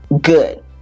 good